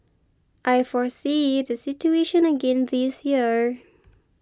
I foresee the situation again this year